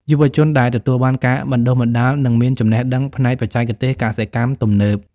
យុវជនដែលទទួលបានការបណ្តុះបណ្តាលនឹងមានចំណេះដឹងផ្នែកបច្ចេកទេសកសិកម្មទំនើប។